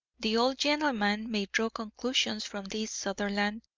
the old gentleman may draw conclusions from this, sutherland,